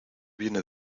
viene